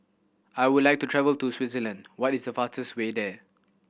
I would like to travel to Switzerland what is the fastest way there